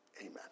Amen